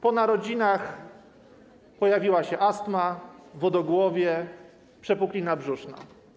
Po narodzinach pojawiły się astma, wodogłowie, przepuklina brzuszna.